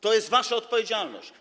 To jest wasza odpowiedzialność.